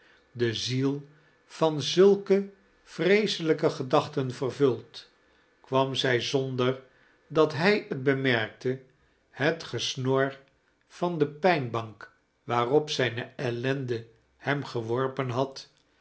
de ziel van zulke vreteselijke gedachten vervnld kwam zij zonder dat hij het bemerkte het gesnor van de pijnbank waarop zijne ellende hem geworpen had